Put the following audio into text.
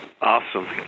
Awesome